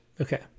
Okay